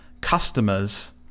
customers